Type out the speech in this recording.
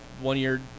one-year